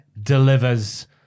delivers